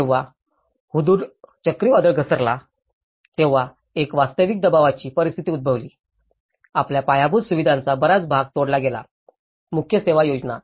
जेव्हा हुदुद चक्रीवादळ घसरला तेव्हा एक वास्तविक दबावची परिस्थिती उद्भवली आपल्या पायाभूत सुविधांचा बराच भाग तोडला गेला मुख्य सेवा योजना